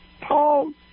Paul